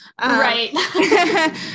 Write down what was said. Right